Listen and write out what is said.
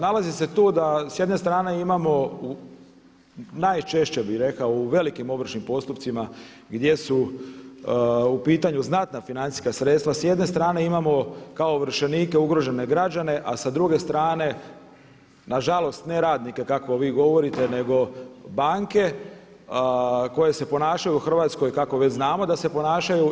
Nalazi se tu da s jedne strane imamo najčešće bih rekao u velikim ovršnim postupcima gdje su u pitanju znatna financijska sredstva s jedne strane imamo kao ovršenike ugrožene građane, a sa druge strane nažalost ne neradnike kako vi govorite nego banke koje se ponašaju u Hrvatskoj kako već znamo da se ponašaju.